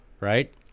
Right